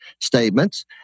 statements